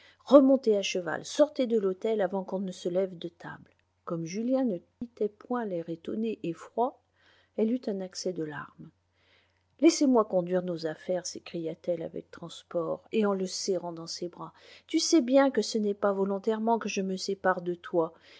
remontez à cheval sortez de l'hôtel avant qu'on ne se lève de table comme julien ne quittait point l'air étonné et froid elle eut un accès de larmes laisse-moi conduire nos affaires s'écria-t-elle avec transport et en le serrant dans ses bras tu sais bien que ce n'est pas volontairement que je me sépare de toi